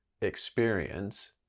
experience